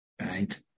right